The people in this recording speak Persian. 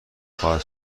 خواهد